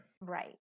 Right